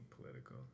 political